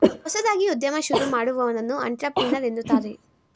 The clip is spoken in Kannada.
ಹೊಸದಾಗಿ ಉದ್ಯಮ ಶುರು ಮಾಡುವವನನ್ನು ಅಂಟ್ರಪ್ರಿನರ್ ಎನ್ನುತ್ತಾರೆ